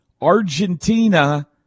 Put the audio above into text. Argentina